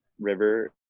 river